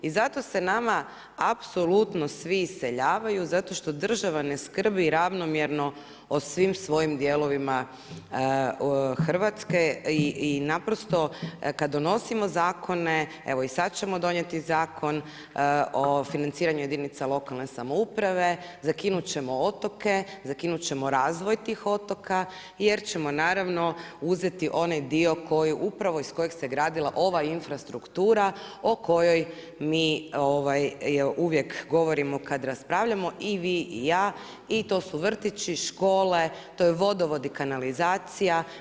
I zato se nama apsolutno svi iseljavaju zato što država ne skrbi ravnomjerno o svim svojim dijelovima Hrvatske i naprosto kad donosimo zakone, evo i sad ćemo donijeti Zakon o financiranju jedinica lokalne samouprave zakinut ćemo otoke, zakinut ćemo razvoj tih otoka jer ćemo naravno uzeti onaj dio koji upravo iz kojeg se gradila ova infrastruktura o kojoj mi uvijek govorimo kad raspravljamo i vi i ja i to su vrtići, škole, to je vodovod i kanalizacija.